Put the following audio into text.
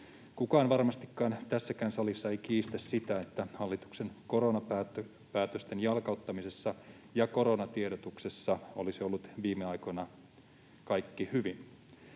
Kukaan varmastikaan tässäkään salissa ei kiistä sitä, että hallituksen koronapäätösten jalkauttamisessa ja koronatiedotuksessa ei ole ollut viime aikoina kaikki hyvin.